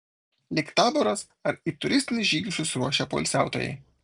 lyg taboras ar į turistinį žygį susiruošę poilsiautojai